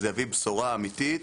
זה יביא בשורה אמיתית,